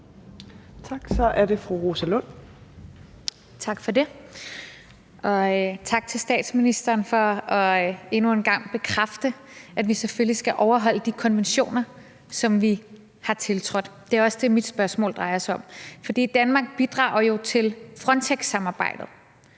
Tak for det. Og tak til statsministeren for endnu en gang at bekræfte, at vi selvfølgelig skal overholde de konventioner, som vi har tiltrådt. Det er også det, mit spørgsmål drejer sig om. For Danmark bidrager jo til Frontexsamarbejdet,